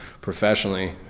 professionally